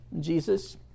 Jesus